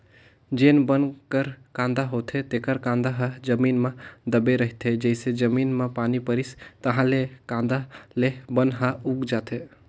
जेन बन कर कांदा होथे तेखर कांदा ह जमीन म दबे रहिथे, जइसे जमीन म पानी परिस ताहाँले ले कांदा ले बन ह उग जाथे